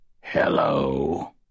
Hello